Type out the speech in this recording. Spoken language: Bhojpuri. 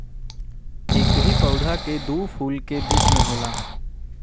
एकही पौधा के दू फूल के बीच में होला